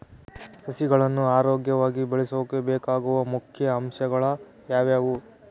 ಸಸಿಗಳನ್ನು ಆರೋಗ್ಯವಾಗಿ ಬೆಳಸೊಕೆ ಬೇಕಾಗುವ ಮುಖ್ಯ ಅಂಶಗಳು ಯಾವವು?